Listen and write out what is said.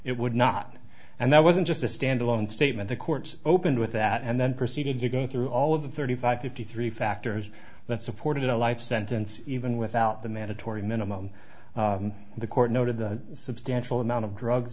it would not and that wasn't just a stand alone statement the court opened with that and then proceeded to go through all of the thirty five fifty three factors that supported a life sentence even without the mandatory minimum the court noted the substantial amount of drugs